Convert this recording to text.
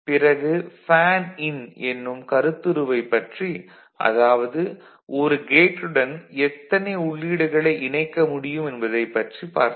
பிறகு fan in என்னும் கருத்துருவை பற்றி அதாவது ஒரு கேட்டுடன் எத்தனை உள்ளீடுகளை இணைக்க முடியும் என்பதைப் பற்றிப் பார்த்தோம்